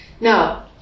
Now